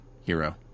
hero